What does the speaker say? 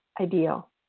ideal